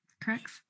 Correct